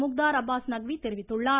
முக்தார் அப்பாஸ் நக்வி தெரிவித்துள்ளார்